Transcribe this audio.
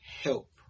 help